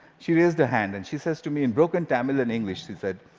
she raised her hand, and she says to me in broken tamil and english, she said,